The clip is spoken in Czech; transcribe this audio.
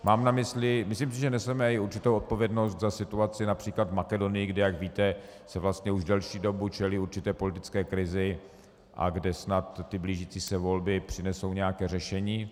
Mám na mysli, myslím si, že neseme i určitou odpovědnost za situaci například v Makedonii, kde, jak víte, se už delší dobu čelí určité politické krizi a kde snad blížící se volby přinesou nějaké řešení.